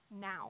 now